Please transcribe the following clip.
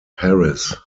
paris